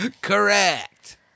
Correct